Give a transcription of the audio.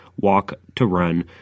walk-to-run